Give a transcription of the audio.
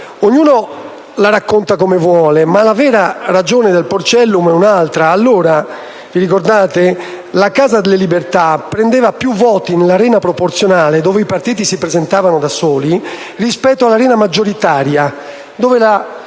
Ognuno la racconta come vuole, ma la vera ragione del porcellum è un'altra. Allora (vi ricordate?) la Casa delle Libertà prendeva più voti nell'arena proporzionale, dove i partiti si presentavano da soli, rispetto all'arena maggioritaria, dove la